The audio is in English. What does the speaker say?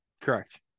Correct